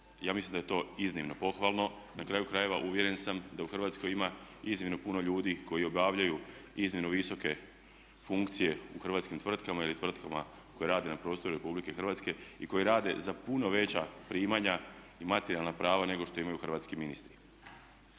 Ja mislim da je to iznimno pohvalno, na kraju krajeva uvjeren sam da u Hrvatskoj ima iznimno puno ljudi koji obavljaju iznimno visoke funkcije u hrvatskim tvrtkama ili tvrtkama koje rade na prostoru RH i koji rade za puno veća primanja i materijalna primanja nego što imaju hrvatski ministri.